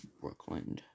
Brooklyn